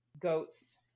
goat's